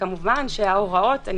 כמובן שההוראות יכללו,